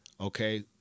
Okay